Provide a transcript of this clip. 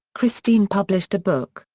christine published a book,